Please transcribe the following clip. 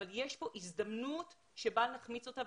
אבל יש כאן הזדמנות שבל נחמיץ אותה.